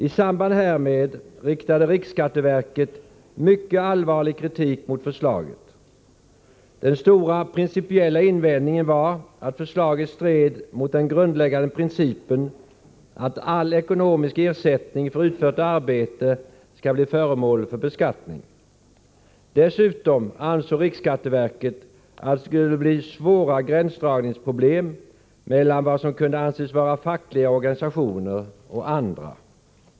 I samband härmed riktade riksskatteverket mycket allvarlig kritik mot förslaget. Den viktiga principiella invändningen var att förslaget stred mot den grundläggande principen att all ekonomisk ersättning för utfört arbete skall bli föremål för beskattning. Dessutom ansåg riksskatteverket att det skulle bli svåra gränsdragningsproblem mellan vad som kunde anses vara fackliga organisationer och andra.